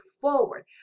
forward